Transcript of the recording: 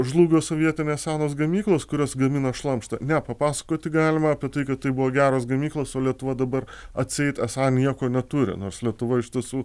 žlugo sovietinės senos gamyklos kurios gamino šlamštą ne papasakoti galima apie tai kad tai buvo geros gamyklos o lietuva dabar atseit esą nieko neturi nors lietuva iš tiesų